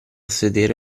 sedere